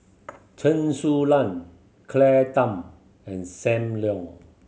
Chen Su Lan Claire Tham and Sam Leong